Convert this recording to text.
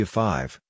five